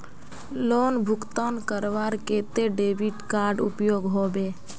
Loan भुगतान करवार केते डेबिट कार्ड उपयोग होबे?